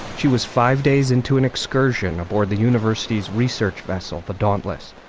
she was five days into an excursion aboard the university's research vessel, the dauntless,